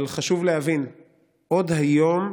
אבל חשוב להבין עוד היום,